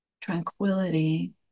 tranquility